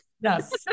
yes